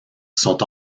sont